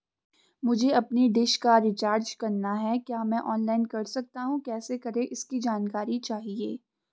मुझे अपनी डिश का रिचार्ज करना है क्या मैं ऑनलाइन कर सकता हूँ कैसे करें इसकी जानकारी चाहिए?